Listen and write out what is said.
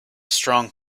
strong